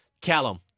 Callum